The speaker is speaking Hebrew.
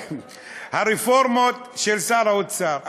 הרפורמות של שר האוצר.